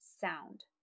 sound